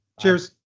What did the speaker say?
Cheers